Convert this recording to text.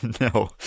No